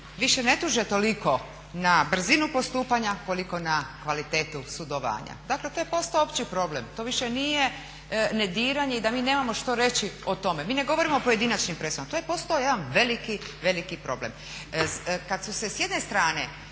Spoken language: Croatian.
više ne tuže toliko na brzinu postupanja koliko na kvalitetu sudovanja. Dakle to je postao opći problem, to više nije …/Govornik se ne razumije./… i da mi nemamo što reći o tome. Mi ne govorimo o pojedinačnim presudama, to je postao jedan veliki, veliki problem. Kada su se s jedne strane